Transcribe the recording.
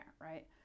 right